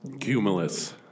Cumulus